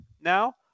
now